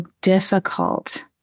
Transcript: difficult